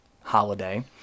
holiday